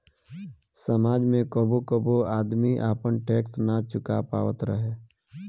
समाज में कबो कबो आदमी आपन टैक्स ना चूका पावत रहे